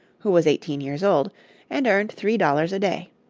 who was eighteen years old and earned three dollars a day.